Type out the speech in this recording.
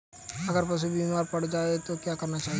अगर पशु बीमार पड़ जाय तो क्या करना चाहिए?